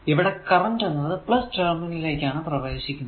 ഇവിടെ കറന്റ് എന്നത് ടെർമിനൽ ലേക്കാണ് പ്രവേശിക്കുന്നത്